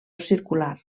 circular